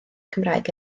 cymraeg